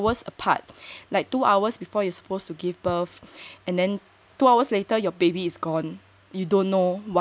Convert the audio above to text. and I will worry if yeah sometimes is like hours apart like two hours before you supposed to give birth and then two hours later your baby is gone you don't know why